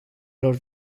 lor